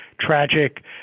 tragic